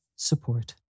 Support